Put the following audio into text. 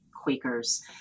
Quakers